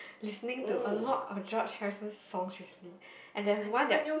listening to a lot of George-Harrison's song really and that's one that are